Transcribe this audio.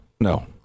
No